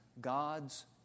God's